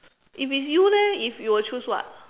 if it's you leh if you will choose what